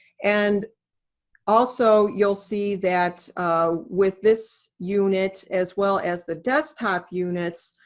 and also you'll see that with this unit, as well as the desktop units,